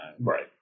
Right